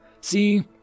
See